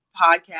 podcast